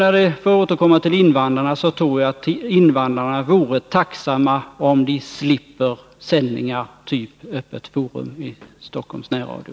För att återkomma till invandrarna tror jag dessutom att de vore tacksamma, om de slipper sändningar av typen Öppet Forum i Stockholms närradio.